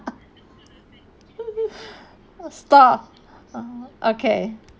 stop okay